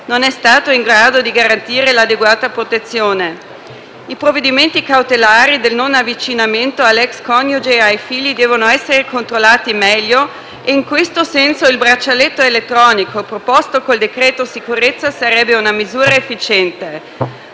non è stato in grado di garantire l'adeguata protezione. I provvedimenti cautelari del non avvicinamento all'ex coniuge e ai figli devono essere controllati meglio e in questo senso il braccialetto elettronico proposto con il decreto sicurezza sarebbe una misura efficiente,